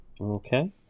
Okay